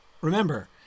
remember